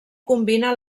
combina